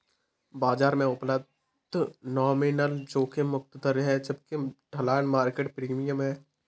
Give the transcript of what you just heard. बाजार में उपलब्ध नॉमिनल जोखिम मुक्त दर है जबकि ढलान मार्केट प्रीमियम है